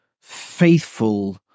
faithful